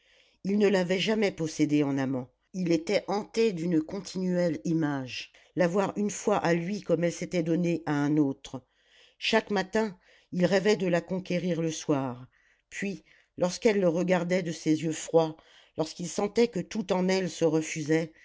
il ne l'avait jamais possédée en amant il était hanté d'une continuelle image l'avoir une fois à lui comme elle s'était donnée à un autre chaque matin il rêvait de la conquérir le soir puis lorsqu'elle le regardait de ses yeux froids lorsqu'il sentait que tout en elle se refusait